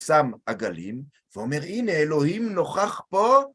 שם עגלים, ואומר, הנה, אלוהים נוכח פה.